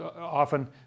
Often